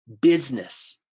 business